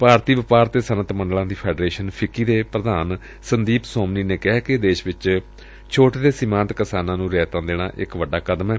ਭਾਰਤੀ ਵਪਾਰ ਅਤੇ ਸੱਨਅਤ ਮੰਡਲਾਂ ਦੀ ਫੈਡਰੇਸ਼ਨ ਫਿੱਕੀ ਦੇ ਪ੍ਰਧਾਨ ਸੰਦੀਪ ਸੋਮਨੀ ਨੇ ਕਿਹੈ ਕਿ ਦੇਸ਼ ਵਿਚ ਛੋਟੇ ਅਤੇ ਸੀਮਾਤ ਕਿਸਾਨਾ ਨੂੰ ਰਿਆਇਤਾ ਦੇਣਾ ਇਕ ਵੱਡਾ ਕਦਮ ਏ